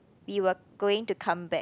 we were going to come back